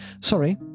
sorry